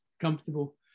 comfortable